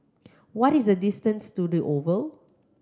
what is the distance to The Oval